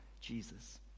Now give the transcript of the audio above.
Jesus